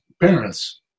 parents